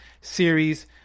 series